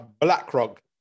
BlackRock